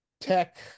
tech